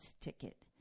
ticket